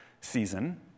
season